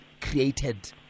created